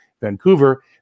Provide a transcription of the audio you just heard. Vancouver